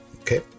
Okay